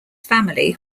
family